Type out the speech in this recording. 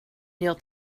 jag